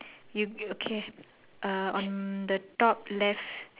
you you okay ah on the top left